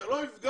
זה לא יפגע.